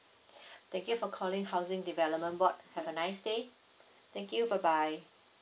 thank you for calling housing development board have a nice day thank you bye bye